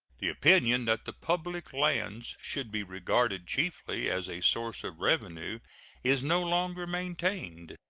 the opinion that the public lands should be regarded chiefly as a source of revenue is no longer maintained.